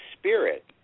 spirit